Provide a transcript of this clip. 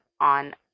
on